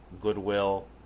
goodwill